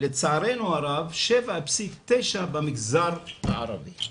לצערי הרב 7.9% במגזר הערבי,